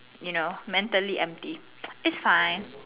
you know mentally empty you know it's fine